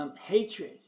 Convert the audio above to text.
hatred